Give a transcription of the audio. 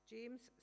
James